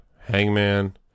Hangman